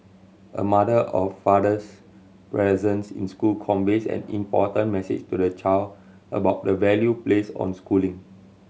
a mother or father's presence in school conveys an important message to the child about the value placed on schooling